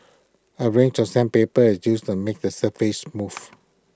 A range of sandpaper is used to make A surface smooth